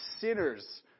sinners